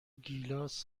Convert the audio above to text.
گیلاس